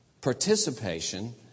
participation